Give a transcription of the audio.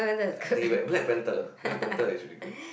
take it back Black Panther Black-Panther is really good